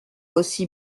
aussi